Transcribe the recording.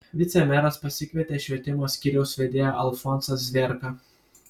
vicemeras pasikvietė švietimo skyriaus vedėją alfonsą zvėrką